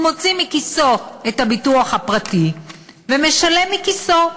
הוא מוציא מכיסו את הביטוח הפרטי ומשלם מכיסו,